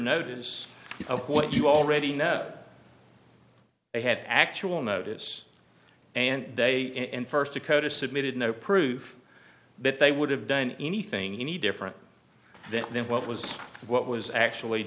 notice of what you already know they had actual notice and day in and first a code is submitted no proof that they would have done anything any different than what was what was actually